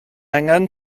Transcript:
angen